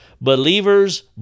Believers